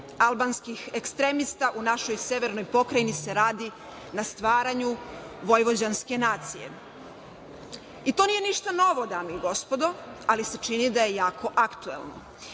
albanskih ekstremista, u našoj severnoj pokrajini se radi na stvaranju vojvođanske nacije. I to nije ništa novo, dame i gospodo, ali se čini da je jako aktuelno. Zatim,